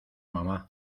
mamá